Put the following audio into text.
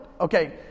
okay